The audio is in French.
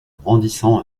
brandissant